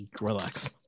Relax